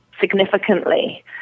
significantly